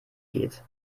geht